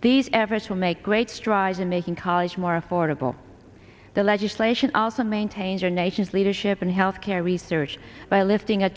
these efforts will make great strides in making college more affordable the legislation also maintains our nation's leadership in health care research by lifting a